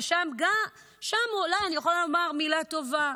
שם אולי אני יכולה לומר מילה טובה,